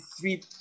three